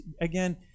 again